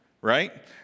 right